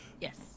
Yes